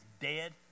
dead